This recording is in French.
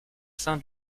sein